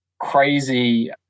crazy